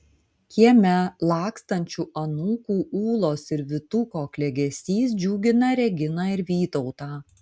kieme lakstančių anūkų ūlos ir vytuko klegesys džiugina reginą ir vytautą